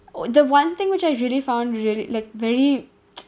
o~ the one thing which I really found really like very